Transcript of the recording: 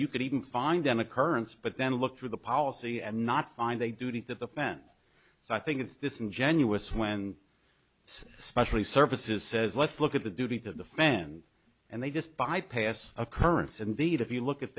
you could even find an occurrence but then look through the policy and not find a duty that the fent so i think it's this ingenuous when it's especially services says let's look at the duty to the fans and they just bypass occurrence indeed if you look at